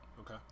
Okay